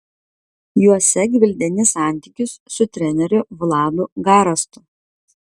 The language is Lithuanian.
juose gvildeni santykius su treneriu vladu garastu